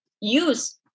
use